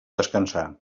descansar